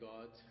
God